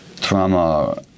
trauma